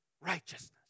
righteousness